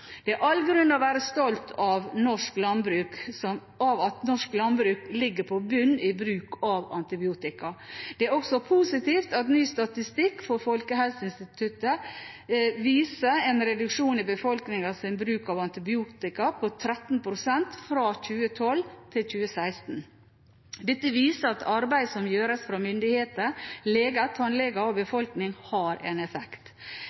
Det er all grunn til å være stolt av at norsk landbruk ligger på bunnen i bruk av antibiotika. Det er også positivt at ny statistikk fra Folkehelseinstituttet viser en reduksjon i befolkningens bruk av antibiotika på 13 pst. fra 2012 til 2016. Dette viser at arbeidet som gjøres fra myndigheter, leger, tannleger og befolkningen, har en effekt.